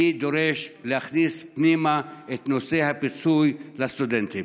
אני דורש להכניס פנימה את נושא הפיצוי לסטודנטים.